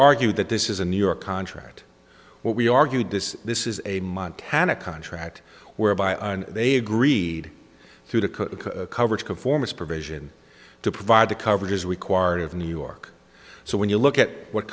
argued that this is a new york contract what we argued this this is a montana contract whereby they agreed through the coverage conformance provision to provide the coverages required of new york so when you look at what